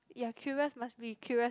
you're curious must be curious